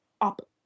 up